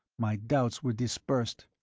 my doubts were dispersed.